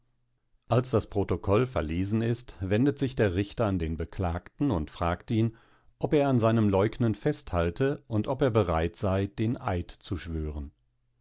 als das protokoll verlesen ist wendet sich der richter an den beklagten und fragt ihn ob er an seinem leugnen festhalte und ob er bereit sei den eid zu schwören